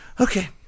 Okay